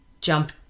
jump